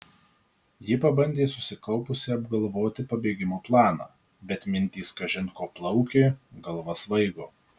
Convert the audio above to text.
ji pabandė susikaupusi apgalvoti pabėgimo planą bet mintys kažin ko plaukė galva svaigo